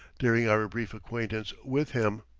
during our brief acquaintance with him,